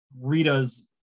rita's